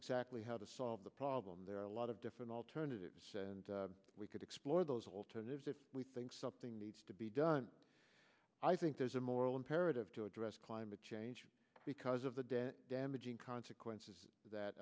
exactly how to solve the problem there are a lot of different alternatives and we could explore those alternatives if we think something needs to be done i think there's a moral to address climate change because of the dead damaging consequences that